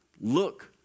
Look